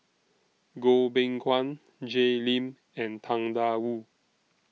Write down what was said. Goh Beng Kwan Jay Lim and Tang DA Wu